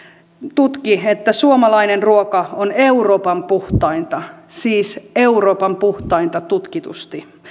tutki että suomalainen ruoka on euroopan puhtainta siis euroopan puhtainta tutkitusti